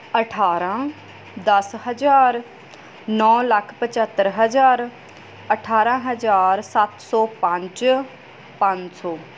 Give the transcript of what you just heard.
ਅਠਾਰਾਂ ਦਸ ਹਜਾਰ ਨੌ ਲੱਖ ਪੰਝੱਤਰ ਹਜ਼ਾਰ ਅਠਾਰਾਂ ਹਜ਼ਾਰ ਸੱਤ ਸੌ ਪੰਜ ਪੰਜ ਸੌ